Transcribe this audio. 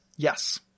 Yes